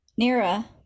Nira